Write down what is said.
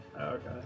Okay